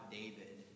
david